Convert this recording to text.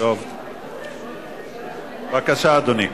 בבקשה, אדוני.